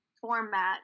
format